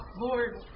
Lord